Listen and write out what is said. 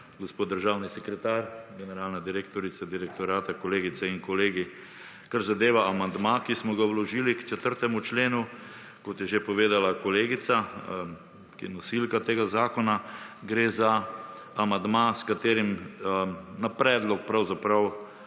Gospod državni sekretar, generalna direktorica Direktorata, kolegice in kolegi. Kar zadeva amandma, ki smo ga vložili k 4. členu, kot je že povedala kolegica, ki je nosilka tega zakona, gre za amandma, s katerim na predlog, pravzaprav